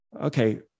okay